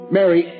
Mary